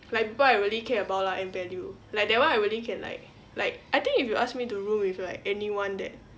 like people I really care about lah and value like that one I really can like like I think if you ask me to room with like anyone that